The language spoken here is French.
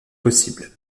possible